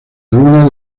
luna